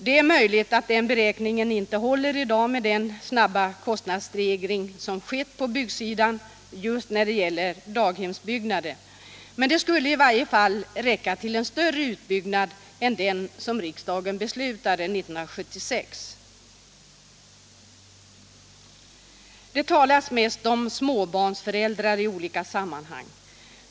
Den beräkningen håller kanske inte i dag med den snabba kostnadsstegring som skett på byggsidan just när det gäller daghemsbyggnader. Men det skulle i varje fall räcka till en större utbyggnad än den som riksdagen beslutade 1976. Det talas i dag mest om småbarnsföräldrar i olika sammanhang.